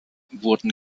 wurden